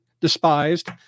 despised